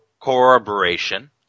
corroboration